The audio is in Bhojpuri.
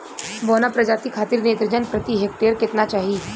बौना प्रजाति खातिर नेत्रजन प्रति हेक्टेयर केतना चाही?